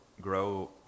grow